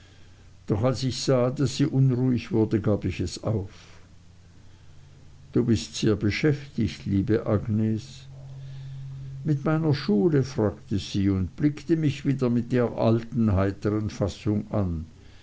doch als ich sah daß sie unruhig wurde gab ich es auf du bist sehr beschäftigt liebe agnes mit meiner schule fragte sie und blickte mich wieder mit ihrer alten heiteren fassung an